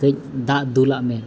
ᱠᱟᱹᱡ ᱫᱟᱜ ᱫᱩᱞᱟᱜ ᱢᱮ